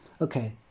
Okay